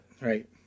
Right